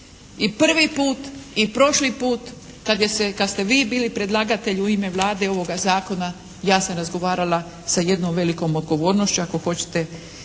i prvi put i prošli put kad ste vi bili predlagatelj u ime Vlade ovoga zakona, ja sam razgovarala sa jednom velikom odgovornošću ako hoćete